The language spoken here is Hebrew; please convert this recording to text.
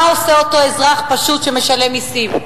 מה עושה אותו אזרח פשוט שמשלם מסים,